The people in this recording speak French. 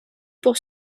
pour